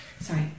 Sorry